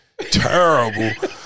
Terrible